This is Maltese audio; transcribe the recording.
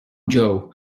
ġew